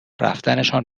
رفتنشان